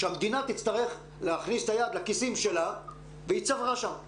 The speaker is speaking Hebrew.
שהמדינה תצטרך להכניס את היד לכיסים שלה והיא צברה שם.